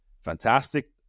fantastic